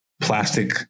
plastic